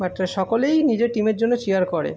বা তারা সকলেই নিজের টিমের জন্য চিয়ার করে